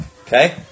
Okay